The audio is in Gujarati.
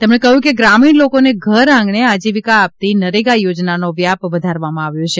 તેમણે કહ્યું કે ગ્રામીણ લોકોને ઘરઆંગણે આજીવિકા આપતી નરેગા યોજનાનો વ્યાપ વધારવામાં આવ્યો છે